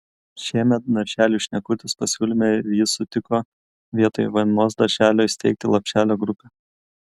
šiemet darželiui šnekutis pasiūlėme ir jis sutiko vietoj vienos darželio įsteigti lopšelio grupę